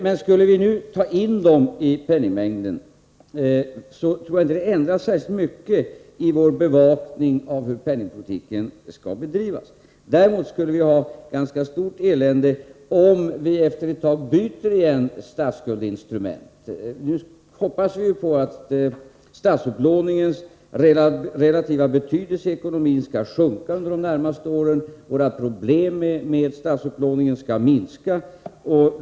Men skulle vi nu ta in dem i penningmängden, så tror jag inte att det skulle ändra särskilt mycket i vår bevakning av hur penningpolitiken skall bedrivas. Däremot skulle vi få ett ganska stort elände, om vi efter ett tag åter byter statsskuldsinstrument. Nu hoppas vi ju att statsupplåningens relativa betydelse i ekonomin skall sjunka under de närmaste åren, att våra problem med statsupplåningen skall minska.